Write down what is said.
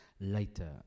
later